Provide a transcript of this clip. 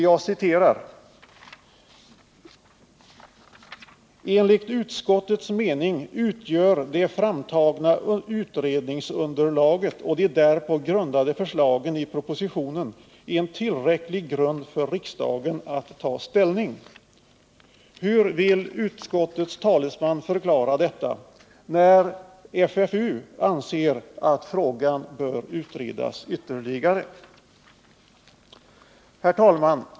Jag citerar: ”Enligt utskottets mening utgör det framtagna utredningsunderlaget och de därpå grundade förslagen i propositionen en tillräcklig grund för riksdagen att ta ställning.” Hur vill utskottets talesman förklara detta, då FFU anser att frågan bör utredas ytterligare? Herr talman!